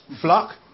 flock